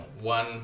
one